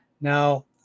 Now